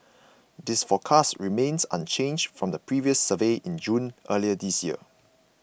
this forecast remains unchanged from the previous survey in June earlier this year